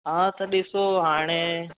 हा त ॾिसो हाणे